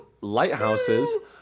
lighthouses